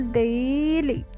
daily